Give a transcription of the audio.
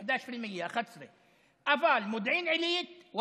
11%. אבל מודיעין עילית,